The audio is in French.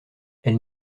elle